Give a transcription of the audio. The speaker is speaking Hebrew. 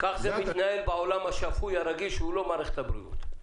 כך זה מתנהל בעולם השפוי הרגיל שהוא לא מערכת הבריאות.